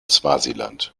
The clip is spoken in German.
swasiland